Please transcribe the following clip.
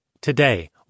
Today